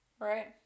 right